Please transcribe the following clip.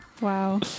Wow